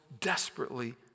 desperately